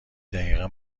دقیقا